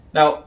Now